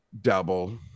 double